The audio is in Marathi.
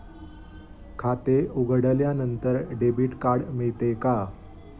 खाते उघडल्यानंतर डेबिट कार्ड मिळते का?